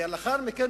לאחר מכן,